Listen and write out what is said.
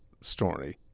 story